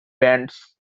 bands